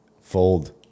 Fold